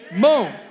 Boom